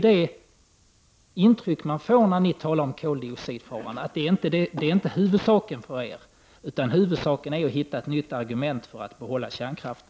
Det intryck man får när de talar om koldioxidfaran är att den inte är huvudsaken utan att huvudsaken är att hitta ett nytt argument för att behålla kärnkraften.